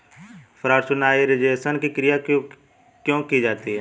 Pasteurisation की क्रिया क्यों की जाती है?